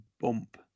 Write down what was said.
bump